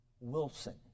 Wilson